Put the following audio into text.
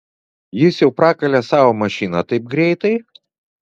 jis jau prakalė savo mašiną taip greitai